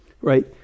Right